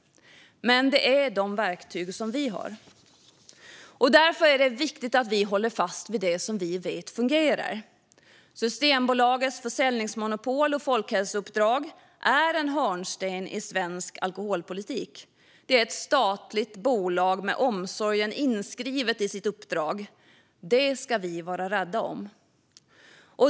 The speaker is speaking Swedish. Men det är de verktyg vi har. Därför är det viktigt att vi håller fast vid det vi vet fungerar. Systembolagets försäljningsmonopol och folkhälsouppdrag är en hörnsten i svensk alkoholpolitik. Det är ett statligt bolag som har omsorg inskrivet i sitt uppdrag. Detta ska vi vara rädda om.